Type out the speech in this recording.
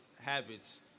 habits